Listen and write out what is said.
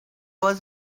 was